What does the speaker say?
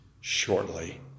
shortly